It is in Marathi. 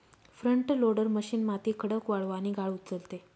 फ्रंट लोडर मशीन माती, खडक, वाळू आणि गाळ उचलते